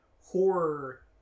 horror